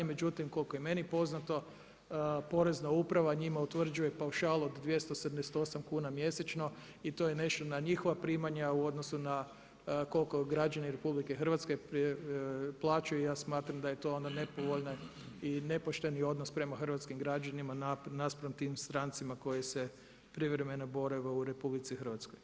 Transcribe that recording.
Međutim koliko je meni poznato porezna uprava njima utvrđuje paušal od 278 kuna mjesečno i to je nešto na njihova primanja u odnosu koliko građani RH plaćaju i ja smatram da je to onda nepovoljni i nepošteni odnos prema hrvatskim građanima naspram tim strancima koji se privremeno bore u RH.